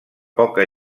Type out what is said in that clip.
poca